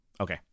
Okay